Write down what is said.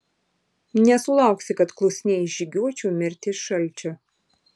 nesulauksi kad klusniai išžygiuočiau mirti iš šalčio